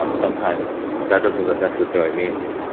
um sometimes that doesn't that necessarily means,